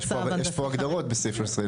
יש פה הגדרות בסעיף (13).